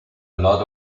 lot